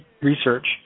research